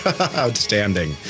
Outstanding